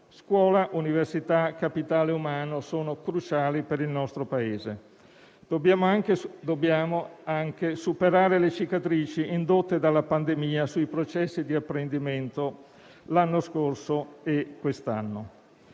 Scuola, università, capitale umano sono cruciali per il nostro Paese. Dobbiamo anche superare le cicatrici indotte dalla pandemia sui processi di apprendimento l'anno scorso e quest'anno.